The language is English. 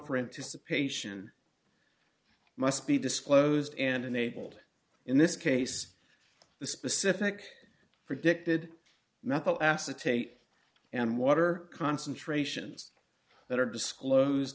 anticipation must be disclosed and enabled in this case the specific predicted methyl acetate and water concentrations that are disclosed